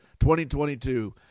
2022